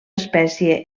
espècie